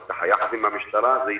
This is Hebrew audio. יחד עם המשטרה זה יסתדר.